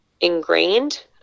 ingrained